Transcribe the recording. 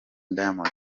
diamond